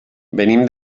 venim